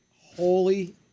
Holy